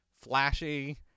flashy